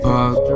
Park